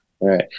right